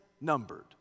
numbered